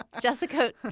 Jessica